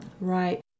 Right